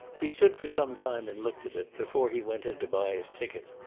he stood for some time and looked at it, before he went in to buy his ticket.